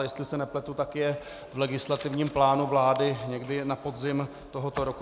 Jestli se nepletu, tak je v legislativním plánu vlády někdy na podzim tohoto roku.